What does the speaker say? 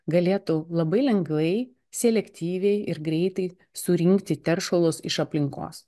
galėtų labai lengvai selektyviai ir greitai surinkti teršalus iš aplinkos